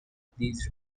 please